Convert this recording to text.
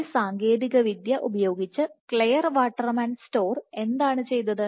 ഈ സാങ്കേതികവിദ്യ ഉപയോഗിച്ച് ക്ലെയർ വാട്ടർമാൻ സ്റ്റോർ എന്താണ് ചെയ്തത്